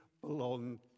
belong